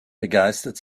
begeistert